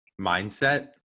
mindset